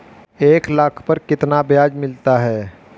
एक लाख पर कितना ब्याज मिलता है?